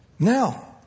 Now